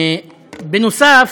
בנוסף,